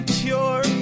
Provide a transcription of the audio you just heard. cure